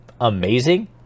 amazing